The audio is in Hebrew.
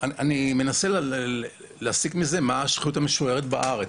אני מנסה להסיק מזה מה השכיחות המשוערת בארץ.